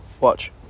Watch